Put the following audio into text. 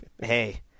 hey